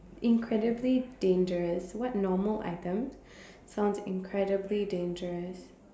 incredibly dangerous what normal item sounds incredibly dangerous